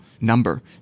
number